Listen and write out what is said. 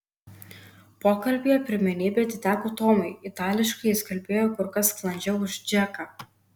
pokalbyje pirmenybė atiteko tomui itališkai jis kalbėjo kur kas sklandžiau už džeką